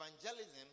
evangelism